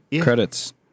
Credits